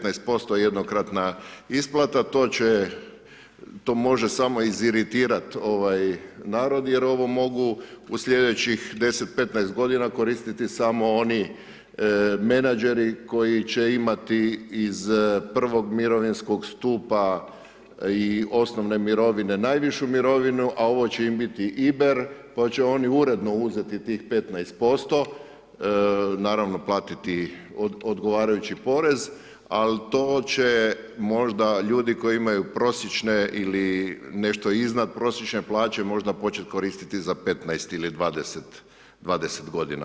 15% jednokratna isplata, to će, to može samo iziritirati narod jer ovo mogu u sljedećih 10, 15 godina koristiti samo menadžeri koji će imati iz prvog mirovinskog stupa i osnovne mirovine najvišu mirovinu, a ovo će im biti iber, pa će oni uredno uzeti tih 15%, naravno platiti odgovarajući porez, ali to će možda ljudi koji imaju prosječne ili možda nešto iznad prosječne plaće, možda početi koristiti za 15 ili 20 godina.